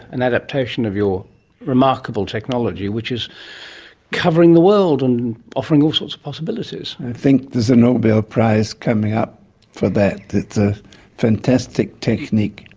an adaptation of you remarkable technology, which is covering the world and offering all sorts of possibilities. i think there's a nobel prize coming up for that. it's a fantastic technique.